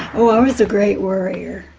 i was a great worrier,